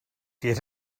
get